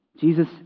Jesus